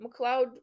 McLeod